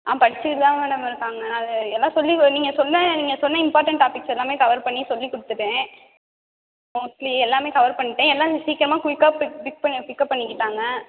ஆ படித்துக்கிட்டு தான் மேடம் இருக்காங்க அது எல்லாம் சொல்லி நீங்கள் சொன்ன நீங்கள் சொன்ன இம்பார்டன்ட் டாபிக்ஸ் எல்லாமே கவர் பண்ணி சொல்லி கொடுத்துவிட்டேன் மோஸ்ட்லி எல்லாமே கவர் பண்ணிவிட்டேன் எல்லாமே சீக்கிரமாக குயிக்காக பிக் பிக் பண்ண பிக்கப் பண்ணிக்கிட்டாங்க